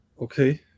Okay